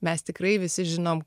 mes tikrai visi žinom